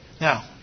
Now